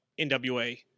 NWA